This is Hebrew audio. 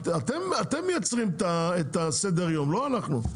אתם מייצרים את סדר-היום, לא אנחנו.